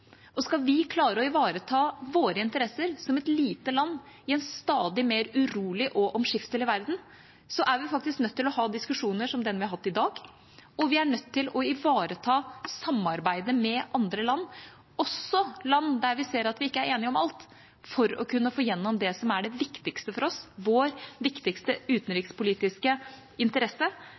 Skal vi klare å ivareta våre interesser, som et lite land i en stadig mer urolig og omskiftelig verden, er vi nødt til å ha diskusjoner som den vi har hatt i dag, og vi er nødt til å ivareta samarbeidet med andre land, også land der vi ser at vi ikke er enige om alt, for å kunne få gjennom det som er det viktigste for oss, vår viktigste utenrikspolitiske interesse,